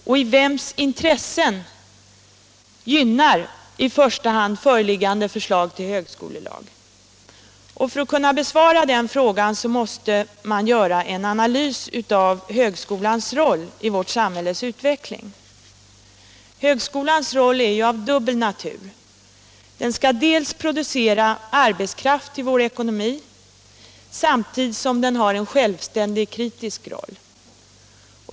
Och vems intressen gynnar i första hand föreliggande förslag till högskolelag? För att kunna besvara den frågan måste man göra en analys av högskolans roll i vårt samhälles utveckling. Högskolans roll är av dubbel natur. Den skall producera arbetskraft till vår ekonomi samtidigt som den har en självständig kritisk roll.